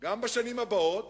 גם בשנים הבאות